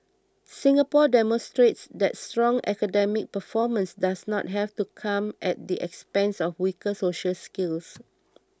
Singapore demonstrates that strong academic performance does not have to come at the expense of weaker social skills